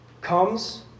comes